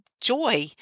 joy